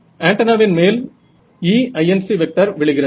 ஆண்டென்னாவின் மேல் Einc விழுகிறது